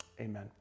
amen